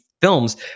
films